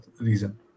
reason